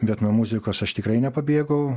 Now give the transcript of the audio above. bet nuo muzikos aš tikrai nepabėgau